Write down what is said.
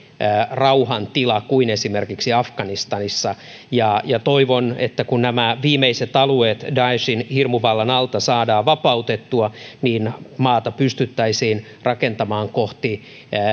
rauhantila kuin esimerkiksi afganistanissa ja ja toivon että kun nämä viimeiset alueet daeshin hirmuvallan alta saadaan vapautettua niin maata pystyttäisiin rakentamaan kohti